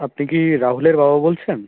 আপনি কি রাহুলের বাবা বলছেন